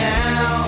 now